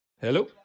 hello